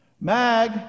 Mag